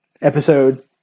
episode